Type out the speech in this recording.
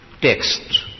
text